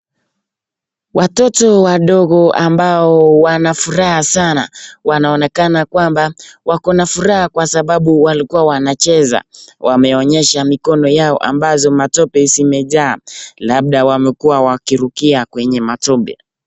Watoto wadogo ambao wana furaha sana. Wanaonekana kwamba wako na furaha kwa sababu walikuwa wancheza. wameonyesha mikono yao ambazo matope simejaa, labda wamekuwa wakirukia kwenye matobe.